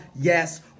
Yes